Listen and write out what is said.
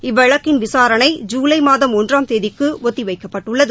இவ்வழக்கின் விசாரணை ஜூலை மாதம் ஒன்றாம் தேதிக்கு ஒத்திவைக்கப்பட்டுள்ளது